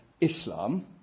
Islam